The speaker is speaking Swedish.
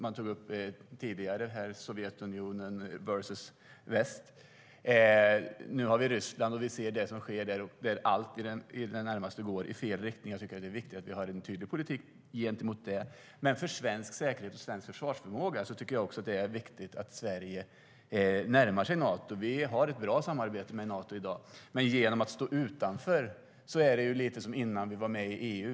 Man tog tidigare upp Sovjetunionen versus väst. Nu har vi Ryssland och det som sker där, och vi ser att allt i det närmaste går i fel riktning. Jag tycker att det är viktigt att vi har en tydlig politik gentemot det. Men för svensk säkerhet och svensk försvarsförmåga tycker jag också att det är viktigt att Sverige närmar sig Nato. Vi har ett bra samarbete med Nato i dag, men genom att vi står utanför är det lite grann som innan vi var med i EU.